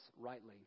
rightly